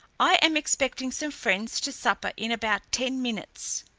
i am expecting some friends to supper in about ten minutes.